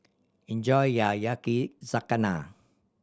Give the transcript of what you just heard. enjoy your Yakizakana